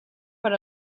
per